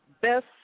best